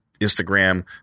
Instagram